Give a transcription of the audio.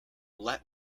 let